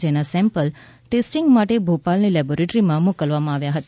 જેના sample testing માટે ભોપાલની લેબોરેટરીમાં મોકલવામાં આવ્યા હતા